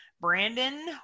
Brandon